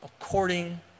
according